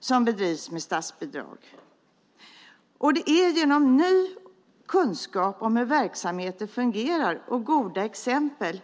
som bedrivs med statsbidrag. Grunden för en förbättrad service är ny kunskap om hur verksamheter fungerar och goda exempel.